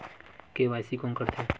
KYC कोन करथे?